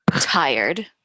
tired